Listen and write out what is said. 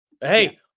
Hey